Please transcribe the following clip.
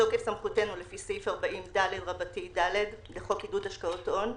בתוקף סמכותנו לפי סעיף 40 ד(ד) לחוק עידוד השקעות הון,